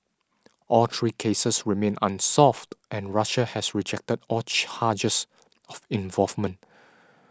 all three cases remain unsolved and Russia has rejected all charges of involvement